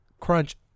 crunch